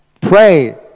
Pray